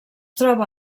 troba